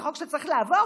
זה חוק שצריך לעבור,